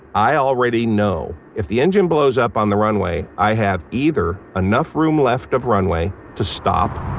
i already know, if the engine blows up on the runway, i have either enough room left of runway to stop,